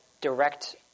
direct